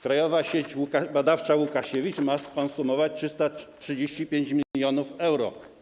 Krajowa Sieć Badawcza Łukasiewicz ma skonsumować 335 mln euro.